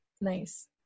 Nice